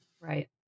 Right